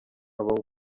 aba